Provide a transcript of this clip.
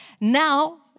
Now